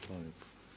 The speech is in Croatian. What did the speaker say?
Hvala lijepo.